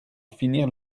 finir